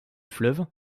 fleuve